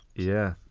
yeah,